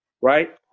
right